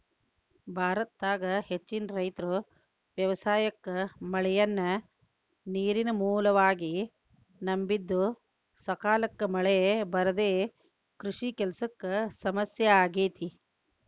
ಭಾರತದಾಗ ಹೆಚ್ಚಿನ ರೈತರು ವ್ಯವಸಾಯಕ್ಕ ಮಳೆಯನ್ನ ನೇರಿನ ಮೂಲವಾಗಿ ನಂಬಿದ್ದುಸಕಾಲಕ್ಕ ಮಳೆ ಬರದೇ ಕೃಷಿ ಕೆಲಸಕ್ಕ ಸಮಸ್ಯೆ ಆಗೇತಿ